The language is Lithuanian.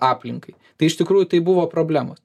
aplinkai tai iš tikrųjų tai buvo problemos